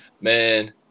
Man